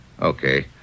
Okay